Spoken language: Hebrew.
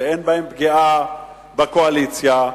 שאין בהם פגיעה בקואליציה,